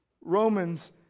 Romans